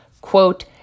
quote